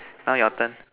now your turn